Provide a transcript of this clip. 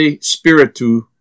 Spiritu